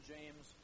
James